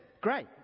Great